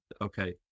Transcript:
Okay